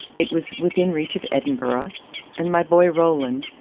it was within reach of edinburgh and my boy roland,